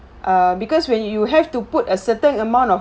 um because when you have to put a certain amount of